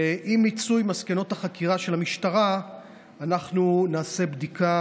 ועם מיצוי מסקנות החקירה של המשטרה אנחנו נעשה בדיקה